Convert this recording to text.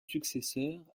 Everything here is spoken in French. successeur